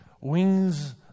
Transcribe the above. wings